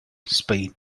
spain